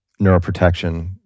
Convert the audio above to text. neuroprotection